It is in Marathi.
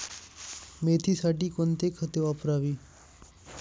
मेथीसाठी कोणती खते वापरावी?